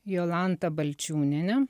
jolantą balčiūnienę